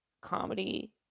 comedy